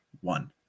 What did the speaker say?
one